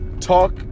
Talk